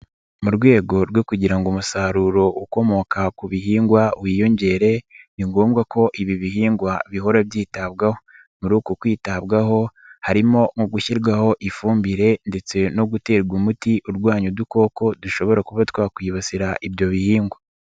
Mu rwego rwo kugira ngo umusaruro ukomoka ku bihingwa wiyongere ni ngombwa ko ibi bihingwa bihora byitabwaho, muri uku kwitabwaho harimo nko gushyirwaho ifumbire ndetse no guterwa umuti urwanya udukoko dushobora kuba twakwibasira ibyo bihingwa.